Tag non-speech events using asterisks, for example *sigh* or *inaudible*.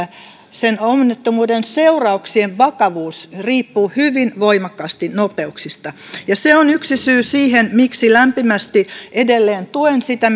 onnettomuuden seurauksien vakavuus riippuu hyvin voimakkaasti nopeuksista se on yksi syy siihen miksi lämpimästi edelleen tuen sitä *unintelligible*